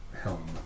Helm